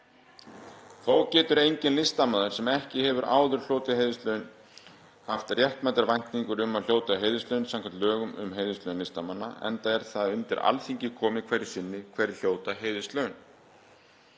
Þó getur enginn listamaður sem ekki hefur áður hlotið heiðurslaun haft réttmætar væntingar um að hljóta heiðurslaun samkvæmt lögum um heiðurslaun listamanna, enda er það undir Alþingi komið hverju sinni hverjir hljóta heiðurslaun.